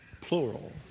plural